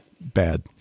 Bad